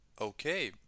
okay